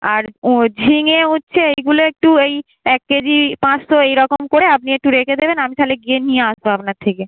আর ও ঝিঙে হচ্ছে এইগুলো একটু এই এক কেজি পাঁচশো এইরকম করে আপনি একটু রেখে দেবেন আমি তাহলে গিয়ে নিয়ে আসবো আপনার থেকে